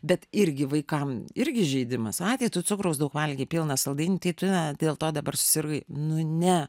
bet irgi vaikams irgi įžeidimas a tai tu cukraus daug valgei pilna saldainių tai tu a dėl to dabar susirgai nu ne